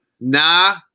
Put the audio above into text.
Nah